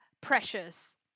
Precious